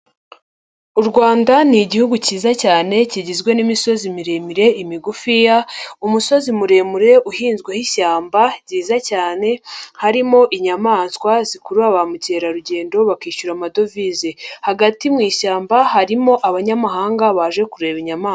U Rwanda ni Igihugu cyiza cyane kigizwe n'imisozi miremire, imigufiya, umusozi muremure uhinzweho ishyamba ryiza cyane, harimo inyamaswa zikurura ba mukerarugendo bakishyura amadovize. Hagati mu ishyamba harimo abanyamahanga baje kureba inyamaswa.